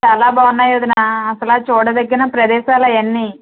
చాలా బాగున్నాయి వదినా అసలు చూడదగిన ప్రదేశాలవన్ని